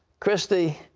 kristi,